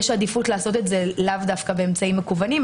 יש עדיפות לעשות את זה באופן פרונטלי ולא באמצעים מקוונים,